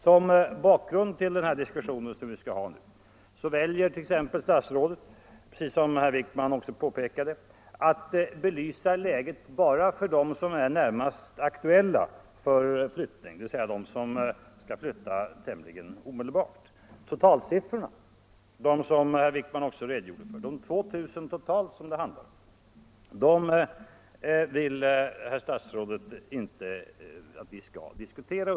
Som bakgrund till den diskussion vi nu skall föra väljer t.ex. statsrådet att belysa läget bara för dem som är närmast aktuella för flyttning, dvs. dem som skall flytta tämligen omedelbart. Totalsiffrorna, som herr Wijkman anförde — de 2 000 totalt som det handlar om -— vill herr statsrådet uppenbarligen inte att vi skall diskutera.